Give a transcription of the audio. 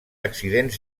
accidents